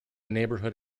neighborhood